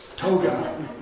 toga